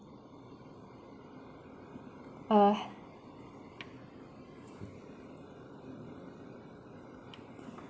uh